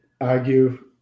argue